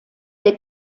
der